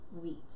wheat